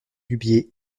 dubié